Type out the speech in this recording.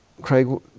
Craig